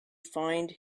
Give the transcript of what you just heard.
find